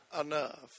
enough